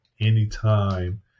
anytime